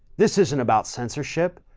this isn't about censorship.